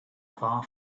far